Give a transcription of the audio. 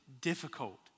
Difficult